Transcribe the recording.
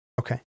Okay